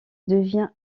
devient